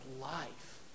life